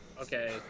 Okay